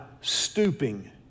stooping